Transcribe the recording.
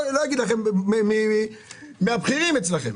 מהבכירים אצלכם: